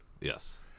Yes